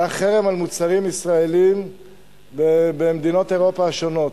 היה חרם על מוצרים ישראליים במדינות אירופה השונות.